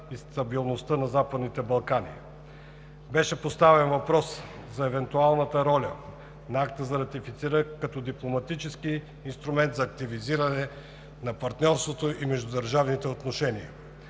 и стабилността на Западните Балкани. Беше поставен въпрос за евентуалната роля на акта на ратификация като дипломатически инструмент за активиране на партньорството и междудържавните отношения.